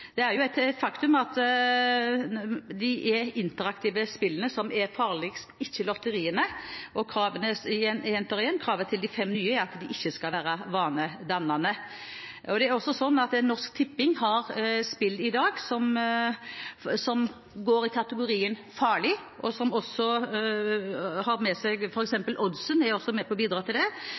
Det er jo et faktum at det er de interaktive spillene som er farligst, ikke lotteriene, og kravet – jeg gjentar igjen – til de fem nye er at de ikke skal være vanedannende. Og også Norsk Tipping har spill i dag i kategorien «farlig», f.eks. «oddsen» er med på å bidra til det.